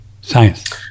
Science